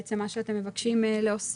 בעצם מה שאתם מבקשים להוסיף,